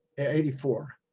eighty four.